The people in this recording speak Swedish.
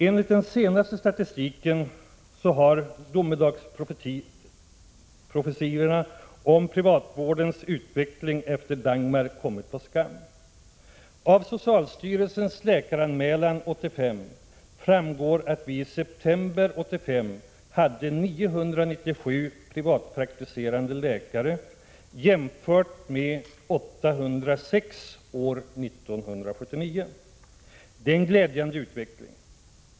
Enligt den senaste statistiken har domedagsprofetiorna om privatvårdens utveckling efter Dagmar kommit på skam. Av socialstyrelsens läkaranmälan 1985 framgår att vi i september förra året hade 997 privatpraktiserande läkare, jämfört med 806 år 1979. Det är en glädjande utveckling.